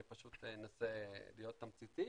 אני פשוט מנסה להיות תמציתי.